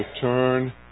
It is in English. turn